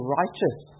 righteous